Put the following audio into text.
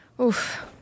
Oof